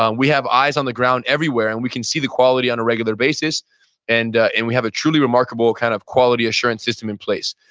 we have eyes on the ground everywhere and we can see the quality on a regular basis and ah and we have a truly remarkable kind of quality assurance system in place.